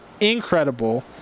incredible